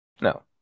No